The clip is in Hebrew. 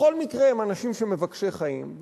בכל מקרה הם אנשים מבקשי חיים,